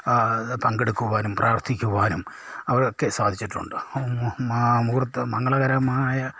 പങ്കെടുക്കുവാനും പ്രാർത്ഥിക്കുവാനും അവരൊക്കെ സാധിച്ചിട്ടുണ്ട് മുഹൂർത്തം മംഗളകരമായ